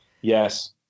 Yes